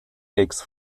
aches